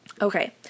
Okay